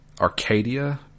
Arcadia